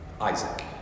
Isaac